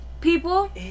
people